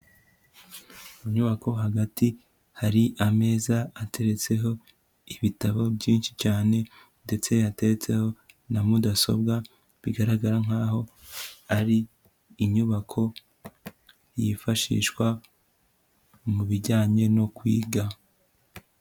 Inyubako hagati hari ameza ateretseho ibitabo byinshi cyane ndetse ateretseho na mudasobwa, bigaragara nkaho ari inyubako yifashishwa mu bijyanye no kwiga.